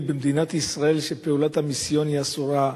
במדינת ישראל שפעולת המיסיון היא אסורה.